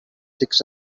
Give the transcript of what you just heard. six